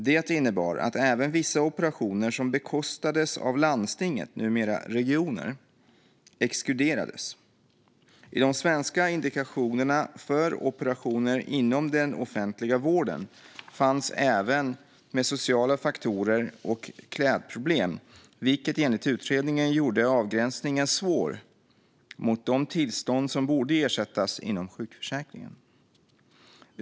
Det innebar att även vissa operationer som bekostades av landstingen, numera regionerna, exkluderades. I de svenska indikationerna för operationer inom den offentliga vården fanns även sociala faktorer och klädproblem med, vilket enligt utredningen gjorde avgränsningen svår mot de tillstånd som borde ersättas inom sjukförsäkringen.